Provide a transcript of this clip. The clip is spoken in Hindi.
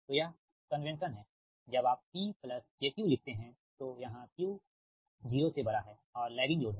तो यह कन्वेंशन है जब आप P j Q लिखते हो तो यहाँ Q 0 है और लैगिंग लोड है